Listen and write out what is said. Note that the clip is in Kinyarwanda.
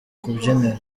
kabyiniro